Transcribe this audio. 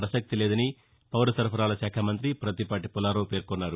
ప్రసక్తి లేదని రాష్ట పౌర సరఫరాల శాఖ మంతి ప్రత్తిపాటి పుల్లారావు పేర్కొన్నారు